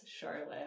Charlotte